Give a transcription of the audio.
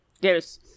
Yes